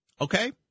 okay